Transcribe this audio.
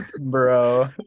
Bro